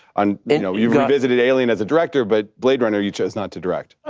um you know you've revisited alien as a director, but blade runner you chose not to direct.